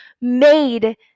made